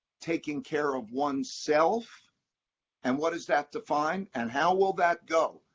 taking care of oneself and what does that define, and how will that go?